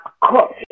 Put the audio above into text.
cook